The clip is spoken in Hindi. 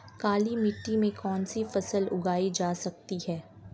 काली मिट्टी में कौनसी फसल उगाई जा सकती है?